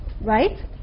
right